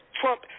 Trump